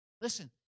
Listen